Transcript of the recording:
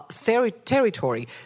territory